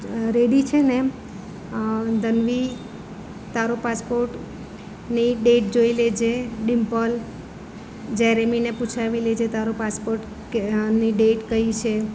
ready છે ને ધન્વી તારો પાસપોર્ટની ડેટ જોઈ લે જે ડીમ્પલ જેરેમીને પૂછાવી લેજે તારો પાસપોર્ટ કે ની ડેટ કઈ છે